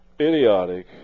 idiotic